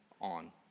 on